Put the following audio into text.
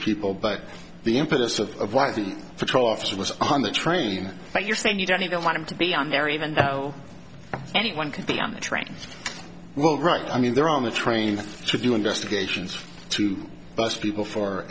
people but the impetus of wizened patrol officer was on the train but you're saying you don't even want to be on there even though anyone could be on the train well right i mean they're on the train to do investigations to bust people for